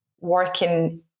working